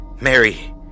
Mary